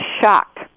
shocked